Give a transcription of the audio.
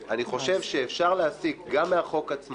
אני חושב שארבל כבר ענתה על זה בהרחבה לפני זה.